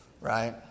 right